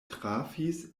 trafis